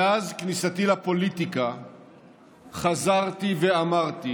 מאז כניסתי לפוליטיקה חזרתי ואמרתי